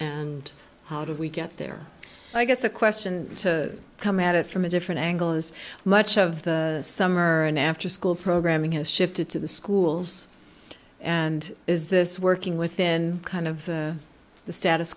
and how do we get there i guess the question to come at it from a different angle is much of the summer an afterschool program has shifted to the schools and is this working within kind of the status